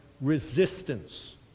resistance